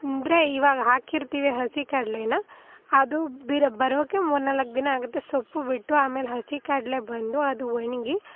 ಅಂದರೆ ಇವಾಗ ಹಾಕಿರ್ತೀವಿ ಹಸಿ ಕಡಲೆನ ಅದು ಬಿರು ಬರೋಕ್ಕೆ ಮೂರು ನಾಲ್ಕು ದಿನ ಆಗುತ್ತೆ ಸೊಪ್ಪು ಬಿಟ್ಟು ಆಮೇಲೆ ಹಸಿ ಕಡಲೆ ಬಂದು ಅದು ಒಣಗಿ